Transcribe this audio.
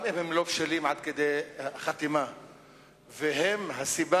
גם אם הם לא בשלים עד כדי חתימה, והם הסיבה